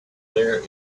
there